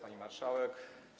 Pani Marszałek!